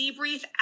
debrief